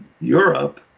Europe